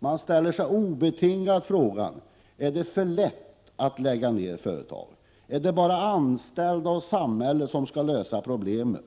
Jag ställer mig obetingat frågan: Är det för lätt att lägga ned företag? Är det bara anställda och samhället som skall lösa problemen?